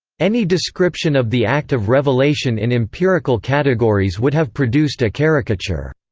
any description of the act of revelation in empirical categories would have produced a caricature.